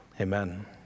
amen